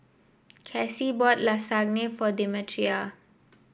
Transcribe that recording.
Casie bought Lasagna for Demetria